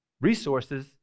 resources